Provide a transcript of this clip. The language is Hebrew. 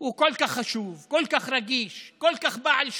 הוא כל כך חשוב, כל כך רגיש, כל כך בעל שליחות,